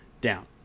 down